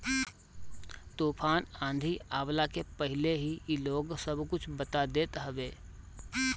तूफ़ान आंधी आवला के पहिले ही इ लोग सब कुछ बता देत हवे